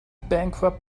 bankrupt